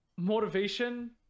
motivation